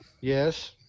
Yes